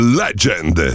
legend